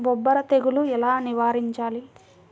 బొబ్బర తెగులు ఎలా నివారించాలి?